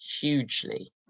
hugely